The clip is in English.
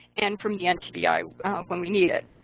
and from the nci when we need it.